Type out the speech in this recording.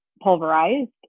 pulverized